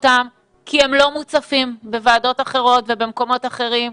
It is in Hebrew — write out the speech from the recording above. אותם כי הם לא מוצפים בוועדות אחרות ובמקומות אחרים,